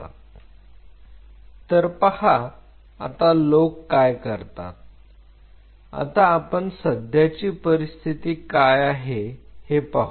तर पहा आता लोक काय करतात आता आपण सध्याची परिस्थिती काय आहे हे पाहू